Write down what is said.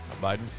Biden